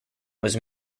was